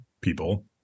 people